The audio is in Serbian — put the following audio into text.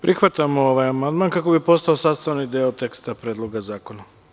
Prihvatamo ovaj amandman kako bi postao sastavni deo teksta Predloga zakona.